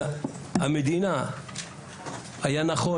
שהמדינה היה נכון,